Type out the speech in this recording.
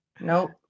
Nope